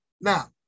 Now